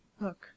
look